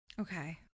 Okay